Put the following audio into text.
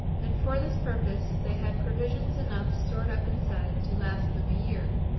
and for this purpose they had provisions enough stored up inside to last them a year.